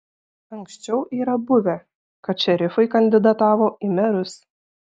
anksčiau yra buvę kad šerifai kandidatavo į merus